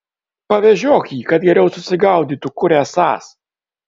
pavežiok jį kad geriau susigaudytų kur esąs